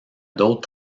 d’autres